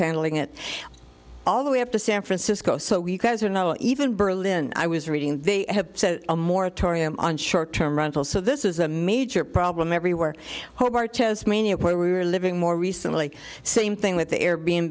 handling it all the way up to san francisco so you guys are know even berlin i was reading they have a moratorium on short term rental so this is a major problem everywhere hobart tasmania where we were living more recently same thing with the air b